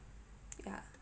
ya